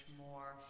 more